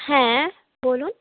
হ্যাঁ বলুন